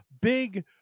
big